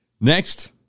Next